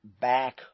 back